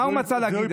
מה הוא רצה להגיד?